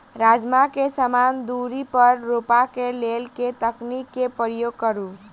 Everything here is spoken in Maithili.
राजमा केँ समान दूरी पर रोपा केँ लेल केँ तकनीक केँ प्रयोग करू?